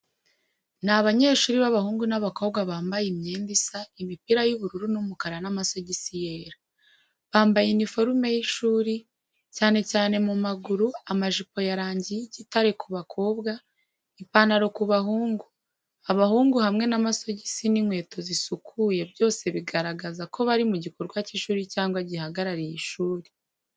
Ni abanyeshuri b'abahungu n'abakobwa bambaye imyenda isa imipira y'ubururu n’umukara n’amasogisi yera. Bambaye uniforume y’ishuri, cyane cyane mu maguru amajipo ya rangi y’igitare ku bakobwa ipantaroo ku bahungu abahungu hamwe n’amasogisi n’inkweto zisukuye byose bigaragaza ko bari mu gikorwa cy’ishuri cyangwa gihagarariye ishuri.